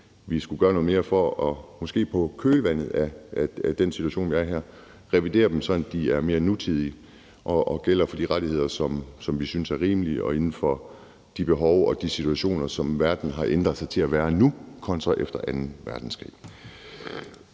vi skulle gøre noget mere for måske i kølvandet på den situation, vi er i nu, at revidere dem, sådan at de bliver mere nutidige og gælder for de rettigheder, som vi synes er rimelige og inden for de behov og situationer, som verden har ændret sig til at have nu, kontra efter anden verdenskrig.